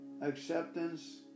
acceptance